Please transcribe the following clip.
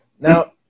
Now